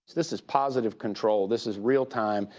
this is positive control. this is realtime.